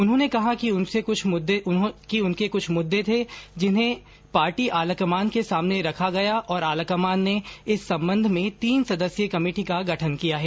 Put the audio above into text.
उन्होंने कहा कि उनके कुछ मुददे थे जिन्हें उन्होंने पार्टी आलाकमान के सामने रखा और आलाकमान ने इस संबंध में तीन सदस्यीय कमेटी का गठन किया है